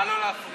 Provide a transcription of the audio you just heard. נא לא להפריע.